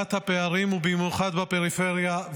להגדלת הפערים במיוחד בפריפריה.